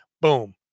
boom